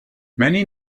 many